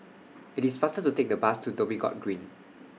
IT IS faster to Take The Bus to Dhoby Ghaut Green